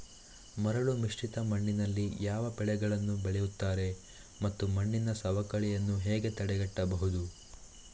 ಮರಳುಮಿಶ್ರಿತ ಮಣ್ಣಿನಲ್ಲಿ ಯಾವ ಬೆಳೆಗಳನ್ನು ಬೆಳೆಯುತ್ತಾರೆ ಮತ್ತು ಮಣ್ಣಿನ ಸವಕಳಿಯನ್ನು ಹೇಗೆ ತಡೆಗಟ್ಟಬಹುದು?